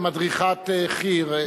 מדריכת חי"ר.